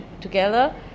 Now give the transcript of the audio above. together